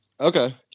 okay